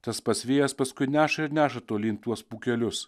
tas pats vėjas paskui neša ir neša tolyn tuos pūkelius